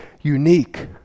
unique